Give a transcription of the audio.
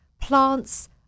plants